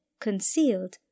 concealed